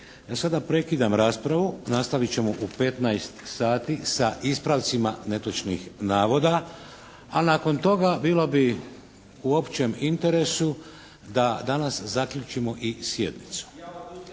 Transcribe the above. Ja sada prekidam raspravu. Nastavit ćemo u 15,00 sati sa ispravcima netočnih navoda. A nakon toga bilo bi u općem interesu da danas zaključimo sjednicu,